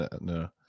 no